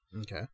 okay